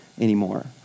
anymore